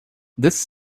this